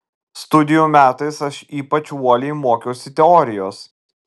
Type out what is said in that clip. studijų metais aš ypač uoliai mokiausi teorijos